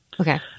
Okay